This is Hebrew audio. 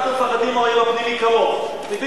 אנחנו מפחדים מהאויב הפנימי, כמוך.